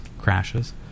crashes